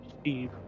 Steve